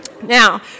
Now